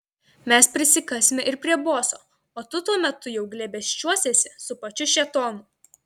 mes prisikasime ir prie boso o tu tuo metu jau glėbesčiuosiesi su pačiu šėtonu